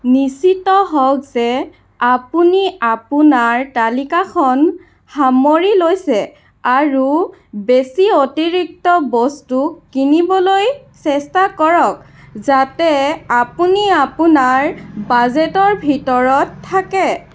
নিশ্চিত হওক যে আপুনি আপোনাৰ তালিকাখন সামৰি লৈছে আৰু বেছি অতিৰিক্ত বস্তু কিনিবলৈ চেষ্টা কৰক যাতে আপুনি আপোনাৰ বাজেটৰ ভিতৰত থাকে